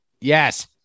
Yes